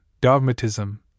dogmatism